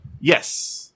Yes